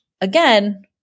again